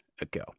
ago